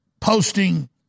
posting